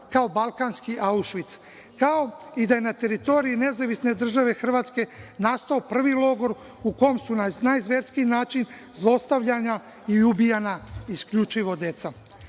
kao Balkanski Aušvic, kao i da je na teritoriji Nezavisne države Hrvatske nastao prvi logor u kome su na najzverskiji način zlostavljana i ubijana isključivo